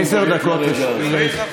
עשר דקות לרשותך.